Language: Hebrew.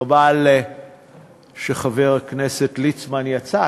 חבל שחבר הכנסת ליצמן יצא,